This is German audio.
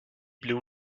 blu